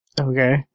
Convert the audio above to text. Okay